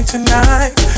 Tonight